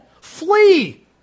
Flee